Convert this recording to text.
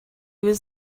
was